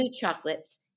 Chocolates